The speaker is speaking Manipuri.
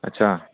ꯑꯆꯥ